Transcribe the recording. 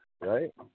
Right